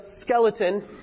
skeleton